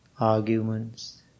arguments